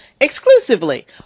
exclusively